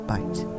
Bite